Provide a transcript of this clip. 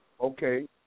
okay